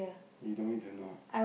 you don't need to know